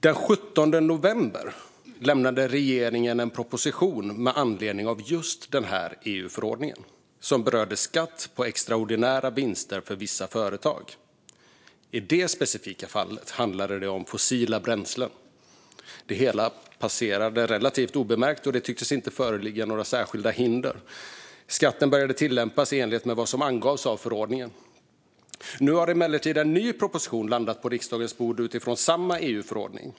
Den 17 november lämnade regeringen en proposition med anledning av just den här EU-förordningen, som berörde skatt på extraordinära vinster för vissa företag. I det specifika fallet handlade det om fossila bränslen. Det hela passerade relativt obemärkt, och det tycktes inte föreligga några särskilda hinder. Skatten började tillämpas i enlighet med vad som angavs i förordningen. Nu har emellertid en ny proposition landat på riksdagens bord utifrån samma EU-förordning.